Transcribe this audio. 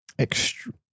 Extreme